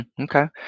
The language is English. Okay